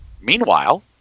Meanwhile